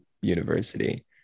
university